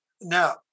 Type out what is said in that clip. now